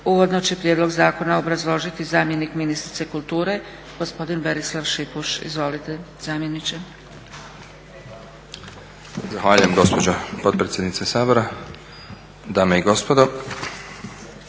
Uvodno će Prijedlog zakona obrazložiti zamjenik ministrice kulture gospodin Berislav Šipuš. Izvolite zamjeniče. **Šipuš, Berislav** Zahvaljujem gospođo potpredsjednice Sabora, dame i gospodo,